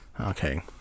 Okay